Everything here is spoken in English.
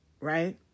right